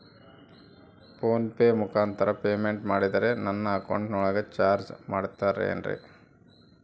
Phone pay ಮುಖಾಂತರ payment ಮಾಡಿದರೆ ನನ್ನ ಅಕೌಂಟಿನೊಳಗ ಚಾರ್ಜ್ ಮಾಡ್ತಿರೇನು?